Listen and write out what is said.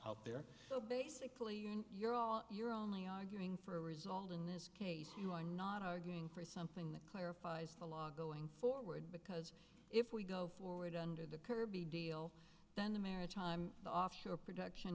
out there so basically you know you're all you're only arguing for a result in this case you are not arguing for something that clarifies the law going forward because if we go forward under the kirby deal then the maritime offshore production